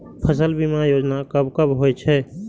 फसल बीमा योजना कब कब होय छै?